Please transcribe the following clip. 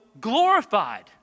glorified